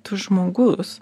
tu žmogus